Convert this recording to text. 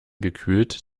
gekühlt